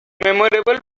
memorable